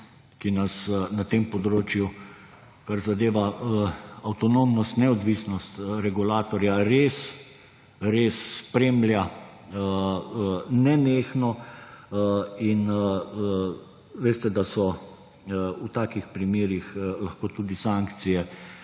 ki nas na tem področju, kar zadeva avtonomnost, neodvisnost regulatorja, res, res spremlja nenehno in veste, da so v takih primerih lahko tudi sankcije